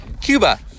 Cuba